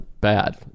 bad